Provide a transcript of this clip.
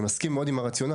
אני מסכים מאוד עם הרציונל.